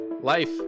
Life